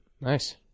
nice